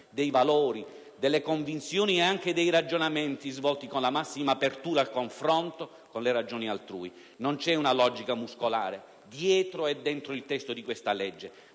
dei valori, delle convinzioni e anche dei ragionamenti svolti con la massima apertura al confronto con le ragioni altrui. Non c'è una logica muscolare dietro e dentro il testo di questa legge,